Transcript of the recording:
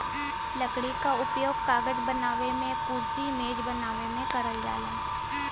लकड़ी क उपयोग कागज बनावे मेंकुरसी मेज बनावे में करल जाला